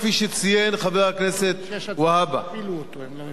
כפי שציין חבר הכנסת והבה.